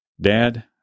Dad